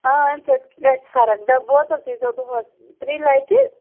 آ اَمہِ سۭتۍ گَژھِ فَرَق بوتل چیٚزیٚو دۅہَس ترٛیہِ لَٹہِ